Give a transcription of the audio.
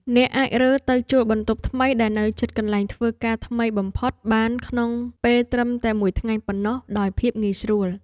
អ្នកអាចរើទៅជួលបន្ទប់ថ្មីដែលនៅជិតកន្លែងធ្វើការថ្មីបំផុតបានក្នុងពេលត្រឹមតែមួយថ្ងៃប៉ុណ្ណោះដោយភាពងាយស្រួល។